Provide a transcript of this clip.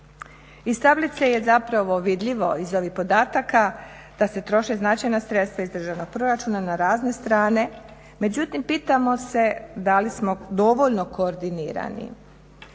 Iz tablice je vidljivo iz ovih podataka da se troše značajna sredstva iz državnog proračuna na razne strane, međutim pitamo se da li smo dovoljno koordinirani?